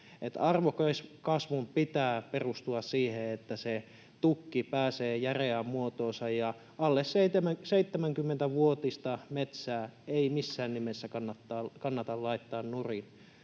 arvokasvun pitää perustua siihen, että se tukki pääsee järeään muotoonsa. Alle 70-vuotista metsää ei missään nimessä kannata laittaa nurin.